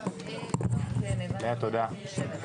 ננעלה בשעה